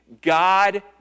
God